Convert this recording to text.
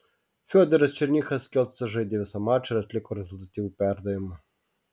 fiodoras černychas kelcuose žaidė visą mačą ir atliko rezultatyvų perdavimą